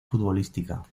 futbolística